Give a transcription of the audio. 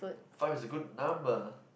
five is a good number